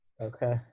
Okay